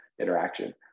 interaction